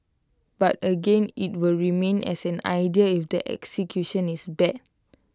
but again IT will remain as an idea if the execution is bad